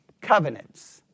covenants